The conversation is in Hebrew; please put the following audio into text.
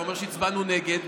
אתה אומר שהצבענו נגד.